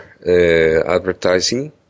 advertising